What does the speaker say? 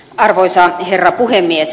arvoisa herra puhemies